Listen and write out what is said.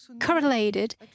correlated